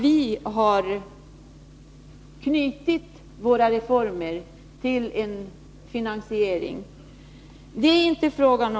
Vi har knutit våra reformer till en finansiering som bygger på balans.